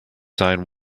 sign